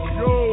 yo